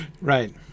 Right